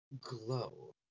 glow